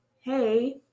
hey